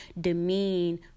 demean